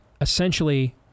essentially